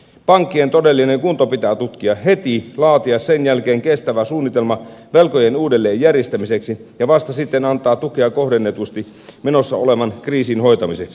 pankkien todellinen kunto pitää tutkia heti laatia sen jälkeen kestävä suunnitelma velkojen uudelleenjärjestämiseksi ja vasta sitten antaa tukea kohdennetusti menossa olevan kriisin hoitamiseksi